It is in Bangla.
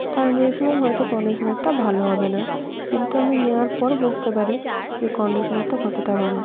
তা আমি ভেবেছিলাম হয়তো কন্ডিশনারটা ভালো হবে না কিন্তু আমি নেওয়ার পর বুঝতে পারি যে কন্ডিশনারটা কতটা ভালো